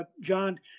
John